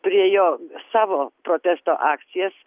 prie jo savo protesto akcijas